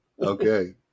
Okay